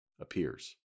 appears